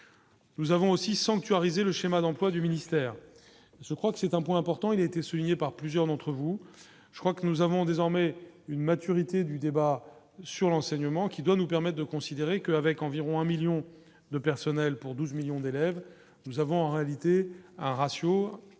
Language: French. nous avons aussi sanctuariser le schéma d'emplois du ministère, je crois que c'est un point important, il a été souligné par plusieurs d'entre vous, je crois que nous avons désormais une maturité du débat sur l'enseignement, qui doit nous permettent de considérer que, avec environ un 1000000 de personnel pour 12 millions d'élèves, nous avons en réalité un ratio qui